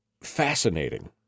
fascinating